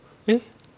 eh